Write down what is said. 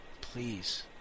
Please